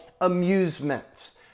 amusements